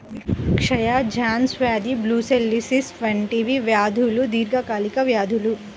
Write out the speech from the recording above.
క్షయ, జాన్స్ వ్యాధి బ్రూసెల్లోసిస్ వంటి వ్యాధులు దీర్ఘకాలిక వ్యాధులు